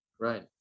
right